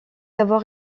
avoir